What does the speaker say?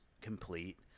complete